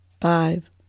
five